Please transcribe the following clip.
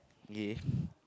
ya